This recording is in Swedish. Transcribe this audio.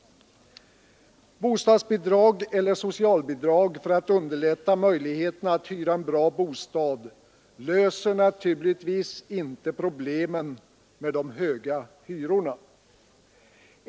Bostadsbidrag eller socialbidrag för att underlätta för människor att hyra en bra bostad löser naturligtvis inte problemen med de höga hyrorna.